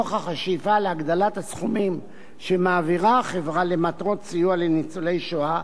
נוכח השאיפה להגדלת הסכומים שמעבירה החברה למטרות סיוע לניצולי השואה,